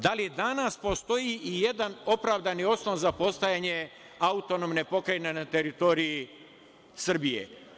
Da li danas postoji i jedan opravdani osnov za postojanje autonomne pokrajine na teritoriji Srbije?